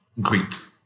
great